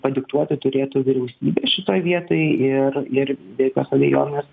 padiktuoti turėtų vyriausybė šitoj vietoj ir ir be jokios abejonės